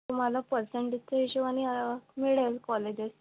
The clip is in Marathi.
तुम्हाला पर्सेंटेजच्या हिशोबानी मिळेल कॉलेजेस